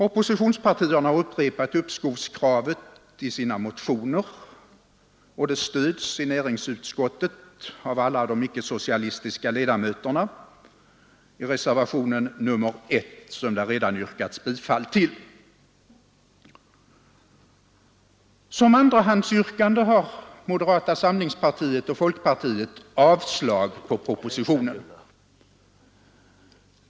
Oppositionspartierna har upprepat uppskovskravet i sina motioner, och det stöds i näringsutskottet av alla de icke-socialistiska ledamöterna i reservationen 1, som det redan har yrkats bifall till. Som andrahandsyrkande har moderata samlingspartiet och folkpartiet avslag på propositionen.